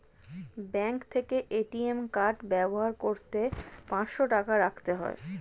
bank থেকে ATM card ব্যবহার করতে পাঁচশো টাকা রাখতে হয়